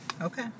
Okay